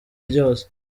ryose